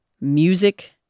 music